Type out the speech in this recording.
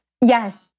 Yes